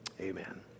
amen